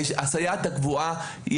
הסייעת הקבועה,